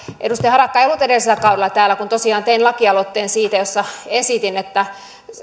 edustaja harakka ei ollut edellisellä kaudella täällä kun tosiaan tein siitä lakialoitteen jossa esitin että